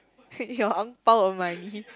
your ang-bao or money